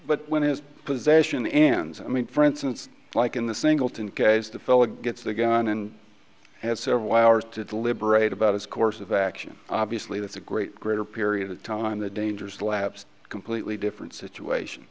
but when his possession ends i mean for instance like in the singleton guys the fella gets the gun and had several hours to deliberate about his course of action obviously that's a great greater period of time the dangers lapse completely different situation